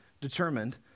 determined